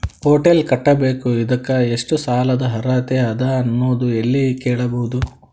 Hotel ಕಟ್ಟಬೇಕು ಇದಕ್ಕ ಎಷ್ಟ ಸಾಲಾದ ಅರ್ಹತಿ ಅದ ಅನ್ನೋದು ಎಲ್ಲಿ ಕೇಳಬಹುದು?